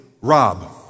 Rob